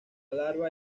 larva